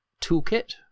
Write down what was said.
toolkit